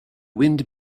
wind